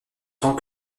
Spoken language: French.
tant